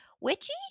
Witchy